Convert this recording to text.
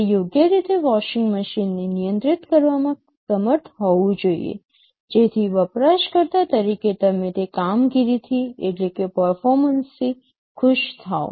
તે યોગ્ય રીતે વોશિંગ મશીનને નિયંત્રિત કરવામાં સમર્થ હોવું જોઈએ જેથી વપરાશકર્તા તરીકે તમે તે કામગીરીથી ખુશ થાઓ